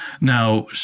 Now